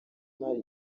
imari